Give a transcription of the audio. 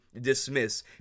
dismiss